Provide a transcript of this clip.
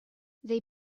they